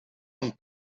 een